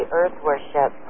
earth-worship